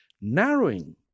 narrowing